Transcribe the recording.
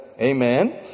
amen